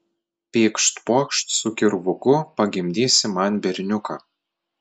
pykšt pokšt su kirvuku pagimdysi man berniuką